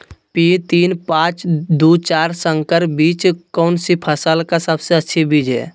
P तीन पांच दू चार संकर बीज कौन सी फसल का सबसे अच्छी बीज है?